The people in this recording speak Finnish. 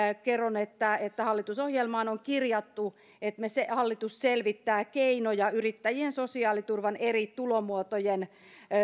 kerron että että hallitusohjelmaan on kirjattu että hallitus selvittää keinoja yrittäjien sosiaaliturvan eri tulomuotojen